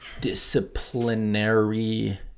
disciplinary